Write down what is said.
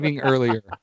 earlier